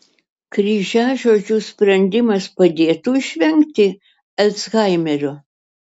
kryžiažodžių sprendimas padėtų išvengti alzhaimerio